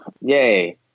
Yay